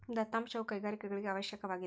ದತ್ತಾಂಶವು ಕೈಗಾರಿಕೆಗಳಿಗೆ ಅವಶ್ಯಕವಾಗಿದೆ